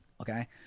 Okay